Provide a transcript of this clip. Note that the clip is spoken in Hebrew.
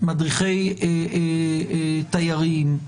מדריכי תיירים,